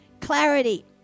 Clarity